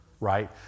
right